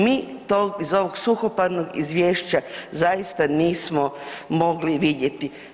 Mi to iz ovog suhoparnog izvješća zaista nismo mogli vidjeti.